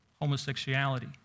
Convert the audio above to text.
homosexuality